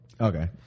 okay